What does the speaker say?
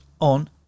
on